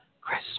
Chris